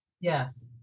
Yes